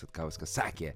satkauskas sakė